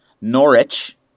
Norwich